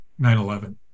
9-11